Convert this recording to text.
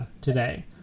today